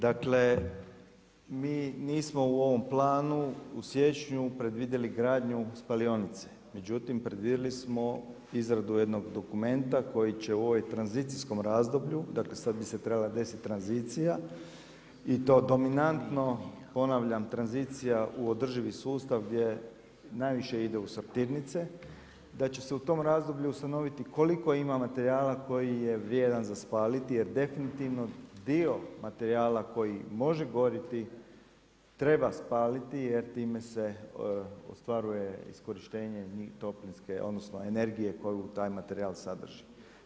Dakle mi nismo u ovom planu u siječnju predvidjeli gradnju spalionice, međutim predvidjeli smo izradu jednog dokumenta koji će u ovom tranzicijskom razdoblju, sada bi se trebala desiti tranzicija i to dominantno ponavljam tranzicija u održivi sustav gdje najviše ide u sortirnice, da će se u tom razdoblju ustanoviti koliko ima materijala koji je vrijedan za spaliti jer definitivno dio materijala koji može gorjeti treba spaliti jer time se ostvaruje iskorištenje energije koju taj materijal sadrži.